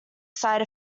side